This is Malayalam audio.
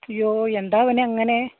അയ്യോ എന്താണ് അവൻ അങ്ങനെ